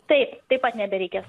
tai taip pat nebereikės